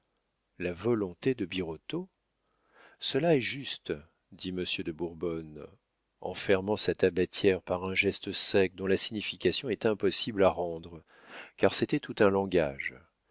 la volonté de birotteau cela est juste dit monsieur de bourbonne en fermant sa tabatière par un geste sec dont la signification est impossible à rendre car c'était tout un langage